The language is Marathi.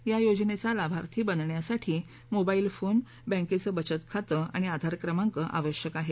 या योजनेचा लाभार्थी बनण्यासाठी मोबाईल फोन बँकेचे बचत खातं आणि आधार क्रमांक आवश्यक आहे